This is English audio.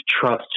trust